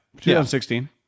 2016